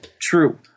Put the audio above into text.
True